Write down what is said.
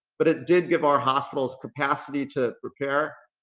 but it did give our hospitals capacity to prepare,